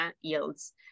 yields